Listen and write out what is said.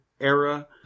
era